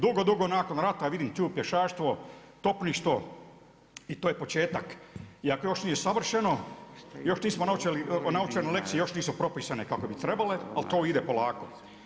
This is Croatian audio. Dugo, dugo nakon rata vidim tu pješaštvo, topništvo i to je početak iako još nije savršeno, još nisu naučene lekcije nisu propisane kako bi trebale ali to ide polako.